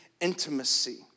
intimacy